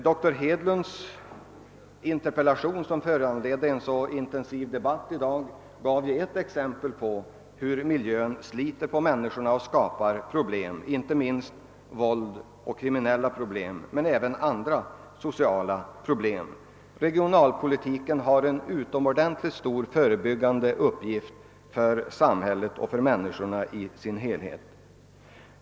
Doktor Hedlunds interpellation, som föranledde en så intensiv debatt tidigare i dag, gav ett exempel på hur miljön sliter på människorna och skapar problem, inte minst av våldsoch kriminalkaraktär, men även andra sociala problem. Regionalpolitiken har en utomordentligt stor förebyggande uppgift för samhället och för människorna.